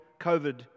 COVID